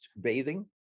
bathing